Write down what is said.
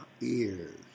ears